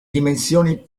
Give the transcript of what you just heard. dimensioni